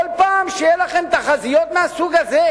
כל פעם שיהיו לכם תחזיות מהסוג הזה